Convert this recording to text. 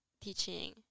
teaching